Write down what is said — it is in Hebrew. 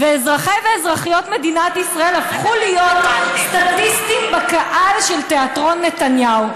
ואזרחי ואזרחיות ישראל הפכו להיות סטטיסטים בקהל של תיאטרון נתניהו.